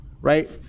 Right